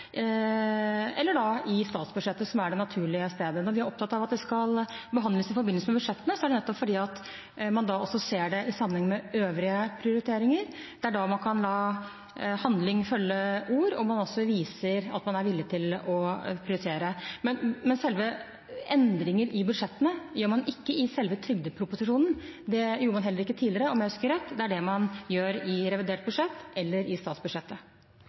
eller i statsbudsjettet, som er det naturlige stedet. Når vi er opptatt av at det skal behandles i forbindelse med budsjettene, er det nettopp fordi man da også ser det i sammenheng med øvrige prioriteringer. Det er da man kan la handling følge ord og man også viser at man er villig til å prioritere. Men selve endringene i budsjettene gjør man ikke i selve trygdeproposisjonen. Det gjorde man heller ikke tidligere, om jeg husker rett. Det er det man gjør i revidert budsjett eller i statsbudsjettet.